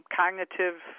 cognitive